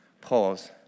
pause